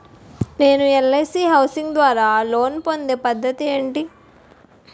నేను ఎల్.ఐ.సి హౌసింగ్ ద్వారా లోన్ పొందే పద్ధతి ఏంటి?